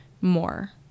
more